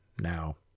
now